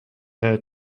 her